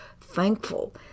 thankful